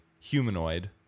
humanoid